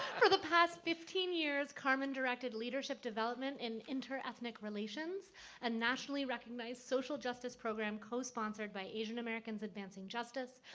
for the past fifteen years, carmen directed leadership development in inter-ethnic relations and nationally recognized, social justice program co-sponsored by asian americans advancing justice,